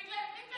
בגלל מי?